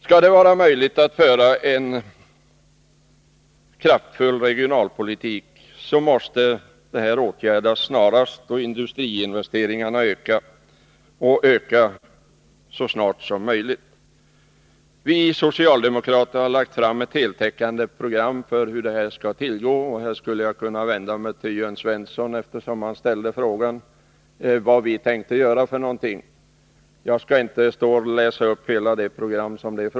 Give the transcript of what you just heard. Skall det vara möjligt för oss att föra en kraftfull regionalpolitik, måste detta snarast åtgärdas och industriinvesteringarna åter öka. Vi socialdemokrater har lagt fram ett heltäckande program för hur detta skall gå till, Framtid för Sverige. Jag skulle här kunna vända mig till Jörn Svensson, eftersom han ställde frågan vad vi tänker göra.